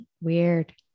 Weird